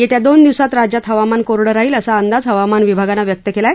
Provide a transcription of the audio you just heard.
येत्या दोन दिवसात राज्यात हवामान कोरडं राहील असा अंदाज हवामान विभागानं व्यक्त केला आहे